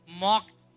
mocked